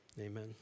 amen